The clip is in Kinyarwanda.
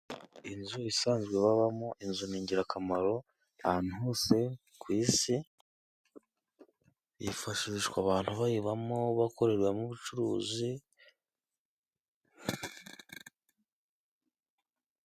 Inzu isanzwe babamo. Inzu ni ingirakamaro ahantu hose ku isi. Yes Yifashishwa abantu bayibamo, bakoreramo ubucuruzi.